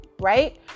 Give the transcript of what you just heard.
right